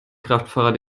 kraftfahrer